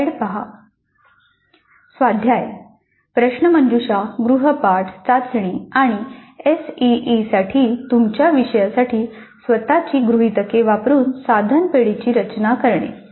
स्वाध्याय प्रश्नमंजुषा गृहपाठ चाचणी आणि एसईई साठी तुमच्या विषयासाठी स्वतची गृहितके वापरून साधन पेढीची रचना करणे